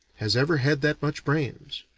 has ever had that much brains.